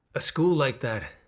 a school like that,